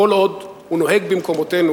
כל עוד הוא נוהג במקומותינו,